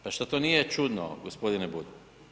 Pa što to nije čudno gospodine Bulj?